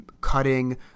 cutting